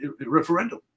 referendum